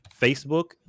Facebook